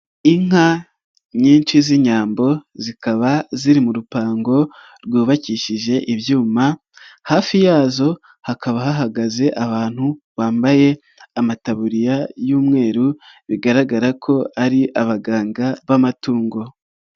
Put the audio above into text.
Inka nyinshi z'inyambo zikaba ziri mu rupango rwubakishije ibyuma, hafi yazo hakaba hahagaze abantu bambaye amataburiya y'umweru bigaragara ko ari abaganga b'amatungo.